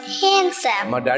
handsome